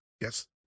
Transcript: Yes